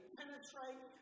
penetrate